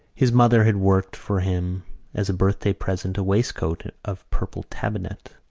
his mother had worked for him as a birthday present a waistcoat of purple tabinet,